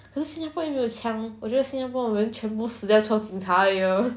可是新加坡又没有枪我觉得新加坡我们全部死掉剩警察而已 lor